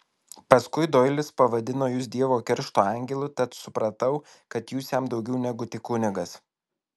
paskui doilis pavadino jus dievo keršto angelu tad supratau kad jūs jam daugiau negu tik kunigas